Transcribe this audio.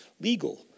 legal